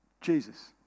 Jesus